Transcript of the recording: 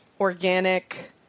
organic